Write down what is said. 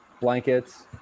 blankets